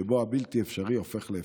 שבו הבלתי-אפשרי הופך לאפשרי.